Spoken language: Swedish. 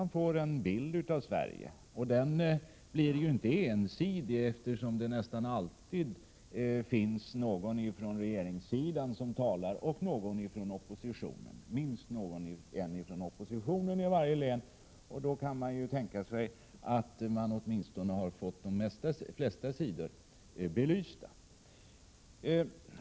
Man får en bild av Sverige, och den blir inte ensidig, eftersom det från varje län finns någon talare från regeringssidan och minst en från oppositionen. Då kan man tänka sig att vi har fått åtminstone de flesta sidor belysta.